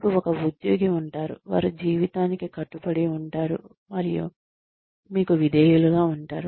మీకు ఒక ఉద్యోగి ఉంటారు వారు జీవితానికి కట్టుబడి ఉంటారు మరియు మీకు విధేయులుగా ఉంటారు